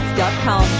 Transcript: dot com